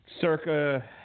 circa